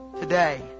today